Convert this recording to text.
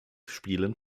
spielen